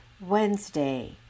Wednesday